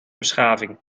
beschaving